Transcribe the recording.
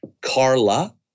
Carla